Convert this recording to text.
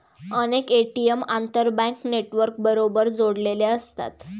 अनेक ए.टी.एम आंतरबँक नेटवर्कबरोबर जोडलेले असतात